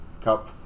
cup